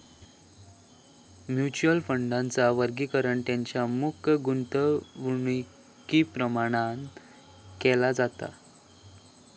mutual फंडांचा वर्गीकरण तेंच्या मुख्य गुंतवणुकीप्रमाण केला जाता